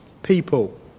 People